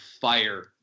fire